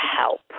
help